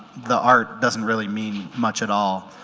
the art doesn't really mean much at all.